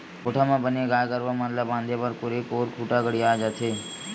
कोठा म बने गाय गरुवा मन ल बांधे बर कोरे कोर खूंटा गड़ियाये जाथे